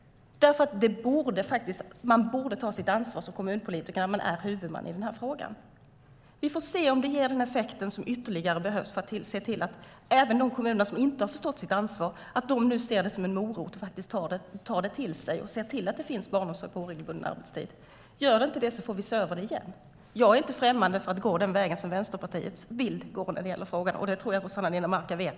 Man borde nämligen ta sitt ansvar som kommunpolitiker när man är huvudman i denna fråga. Vi får se om bidraget ger effekt och är den morot som behövs för att även de kommuner som inte förstått sitt ansvar ska ordna barnomsorg på oregelbunden arbetstid. Fungerar det inte får vi se över det igen. Jag är inte främmande för att gå den väg som Vänsterpartiet vill, vilket jag tror att Rossana Dinamarca vet.